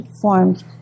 forms